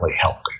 healthy